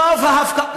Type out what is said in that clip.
רוב ההפקעות,